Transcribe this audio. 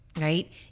right